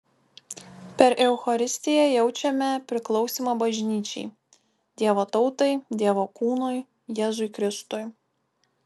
per eucharistiją jaučiame priklausymą bažnyčiai dievo tautai dievo kūnui jėzui kristui